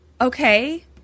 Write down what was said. Okay